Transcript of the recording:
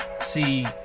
see